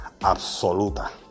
absoluta